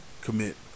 commit